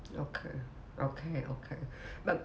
okay okay okay but